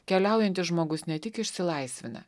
keliaujantis žmogus ne tik išsilaisvina